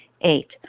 Eight